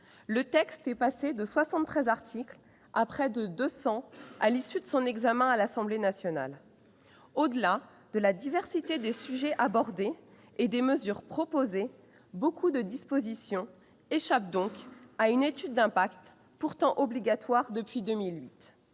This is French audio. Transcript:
le texte est passé de 73 articles à près de 200 à l'issue de son examen par l'Assemblée nationale. Au-delà de la diversité des sujets abordés et des mesures proposées, beaucoup de dispositions échappent donc à une étude d'impact, laquelle est pourtant obligatoire depuis 2008.